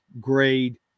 grade